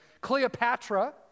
Cleopatra